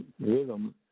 rhythm